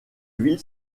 ville